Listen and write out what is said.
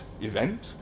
event